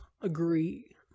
agree